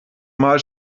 mal